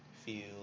feel